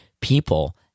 people